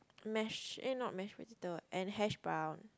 mashed eh not mashed potato and hash brown